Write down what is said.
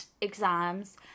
exams